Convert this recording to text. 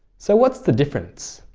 so what's the difference?